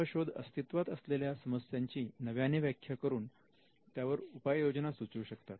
नवशोध अस्तित्वात असलेल्या समस्यांची नव्याने व्याख्या करून त्यावर उपाय योजना सुचवू शकतात